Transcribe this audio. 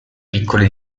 piccole